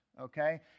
okay